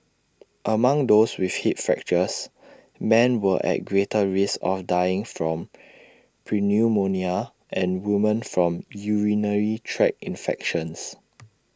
among those with hip fractures men were at greater risk of dying from pneumonia and women from urinary tract infections